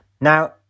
Now